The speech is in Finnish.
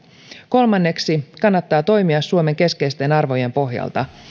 kolmanneksi kannattaa toimia suomen keskeisten arvojen pohjalta